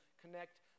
connect